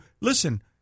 listen